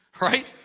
Right